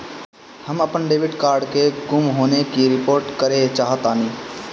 हम अपन debit card के गुम होने की रिपोर्ट करे चाहतानी